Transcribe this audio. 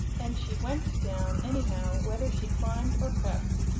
and she went down, anyhow, whether she climbed or crept.